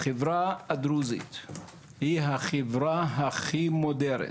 החברה הדרוזים היא החברה הכי מודרת,